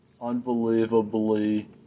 unbelievably